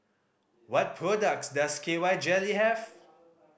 what products does K Y Jelly have